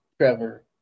Trevor